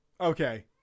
Okay